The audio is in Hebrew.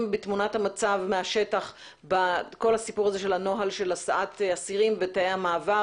בתמונת המצב מהשטח בכל הסיפור הזה של נוהל הסעת אסירים ותאי המעבר.